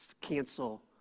Cancel